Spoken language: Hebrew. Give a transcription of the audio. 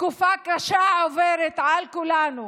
תקופה קשה עוברת על כולנו,